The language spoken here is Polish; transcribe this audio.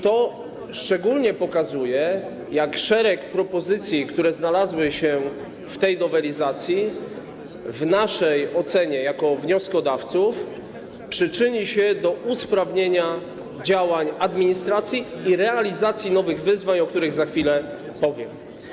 to szczególnie pokazuje, jak szereg propozycji, które znalazły się w tej nowelizacji, w naszej ocenie jako wnioskodawców przyczyni się do usprawnienia działań administracji i realizacji nowych wyzwań, o których za chwilę powiem.